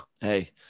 Hey